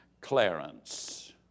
Clarence